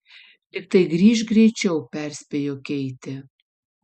tiktai grįžk greičiau perspėjo keitė